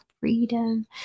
freedom